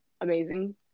amazing